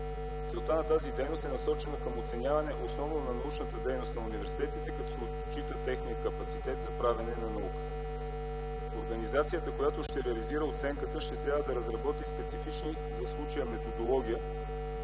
Целта на тази дейност е насочена към оценяване основно на научната дейност на университетите, като се отчита техния капацитет за правене на наука. Организацията, която ще реализира оценката ще трябва да разработи специфична за случая методология,